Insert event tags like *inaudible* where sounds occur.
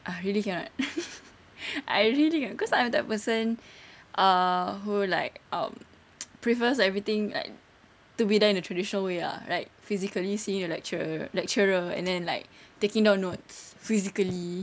ah really cannot *laughs* I really cannot cause I'm type of person ah who like um *noise* prefers everything like to be there in the traditional way ah right like physically seeing your lecturer lecturer and then like taking down notes physically